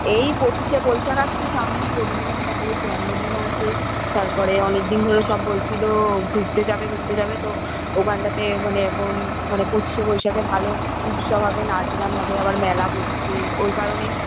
এই পঁচিশে বৈশাখ আসছে সামনে রবীন্দ্রনাথ ঠাকুরের জন্মদিনও আছে তারপরে অনেক দিন ধরে সব বলছিলো ঘুরতে যাবে ঘুরতে যাবে তো ওখানটাতে মানে এখন মানে পঁচিশে বৈশাখে ভালো উৎসব হবে নাচ গান হবে আবার মেলা বসবে ওই কারণে